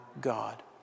God